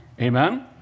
Amen